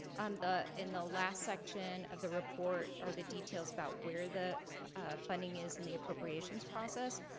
and ah in the last section of the report are the details about where the funding is in the appropriations process.